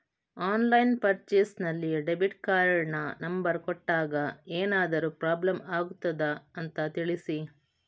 Online purchase ನಲ್ಲಿ debit ಕಾರ್ಡಿನ number ಕೊಟ್ಟಾಗ ಏನಾದರೂ ಪ್ರಾಬ್ಲಮ್ ಆಗುತ್ತದ ಅಂತ ತಿಳಿಸಿ?